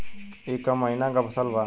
ई क महिना क फसल बा?